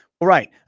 Right